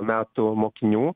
metų mokinių